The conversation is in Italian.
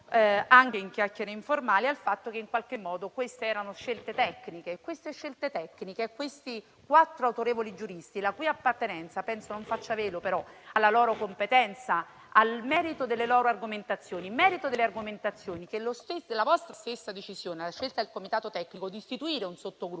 anche in chiacchiere informali, al fatto che in qualche modo queste erano scelte tecniche. Ebbene queste scelte e questi quattro autorevoli giuristi la cui appartenenza penso non faccia velo però alla loro competenza, al merito delle loro argomentazioni, merito delle argomentazioni che la vostra stessa decisione, la scelta del comitato tecnico di istituire un sottogruppo,